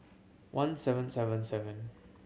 one seven seven seven